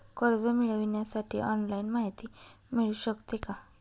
कर्ज मिळविण्यासाठी ऑनलाईन माहिती मिळू शकते का?